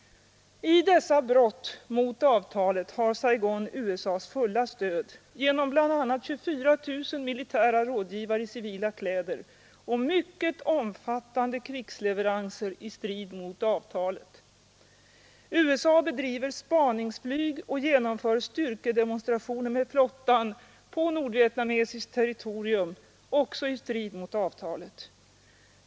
I dessa brott mot avtalet har Saigon USA :s fulla stöd genom bl.a. 24 000 militära rådgivare i civila kläder och mycket omfattande krigsleveranser i strid mot avtalet. USA bedriver spaningsflyg och genomför styrkedemonstrationer med flottan på nordvietnamesiskt territorium också i strid mot avtalet.